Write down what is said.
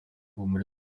guma